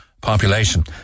population